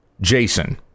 Jason